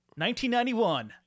1991